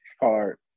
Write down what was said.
hard